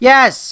Yes